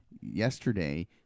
yesterday